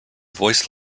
voice